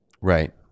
Right